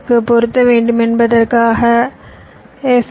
க்கு பொருத்த வேண்டும் என்பதற்காக எஃப்